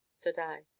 said i.